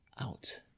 out